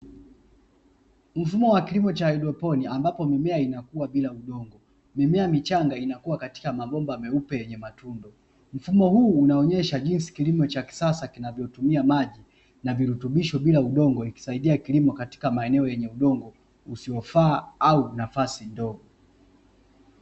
Mfumo wa kilimo cha haidroponi ambapo mimea inakua bila udongo, mimea michanga inakua katika mabomba meupe yenye matundu. Mfumo huu unaonesha jinsi kilimo cha kisasa kinavyotumia maji na virutubisho bila udongo ikisaidia kilimo katika maeneo yenye udongo usiofaa au nafasi ndogo.